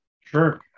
Sure